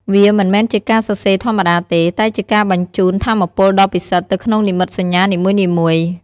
វាមិនមែនជាការសរសេរធម្មតាទេ តែជាការបញ្ជូនថាមពលដ៏ពិសិដ្ឋទៅក្នុងនិមិត្តសញ្ញានីមួយៗ